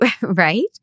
Right